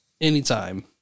Anytime